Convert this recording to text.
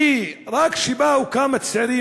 ורק כשבאו כמה צעירים,